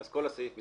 כל הסעיף מתבטל.